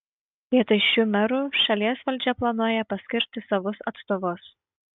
vietoj šių merų šalies valdžia planuoja paskirti savus atstovus